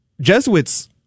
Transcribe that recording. Jesuits